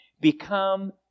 become